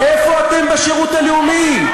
איפה אתם בשירות הלאומי?